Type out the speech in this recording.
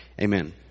Amen